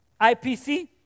IPC